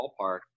ballpark